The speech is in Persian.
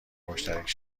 مشترک